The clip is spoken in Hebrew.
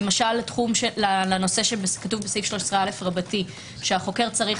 למשל הנושא שכתוב בסעיף 13א שהחוקר צריך